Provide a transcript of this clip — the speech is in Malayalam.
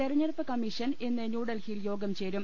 തെരഞ്ഞെടുപ്പ് കമ്മീഷൻ ഇന്ന് ന്യൂഡൽഹിയിൽ യോഗം ചേരും